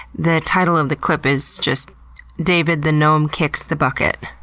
the title of the clip is just david the gnome kicks the bucket.